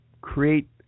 create